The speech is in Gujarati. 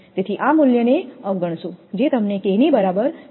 તેથી આ મૂલ્યને અવગણશો જે તમને K ની બરાબર 0